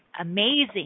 amazing